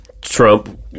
Trump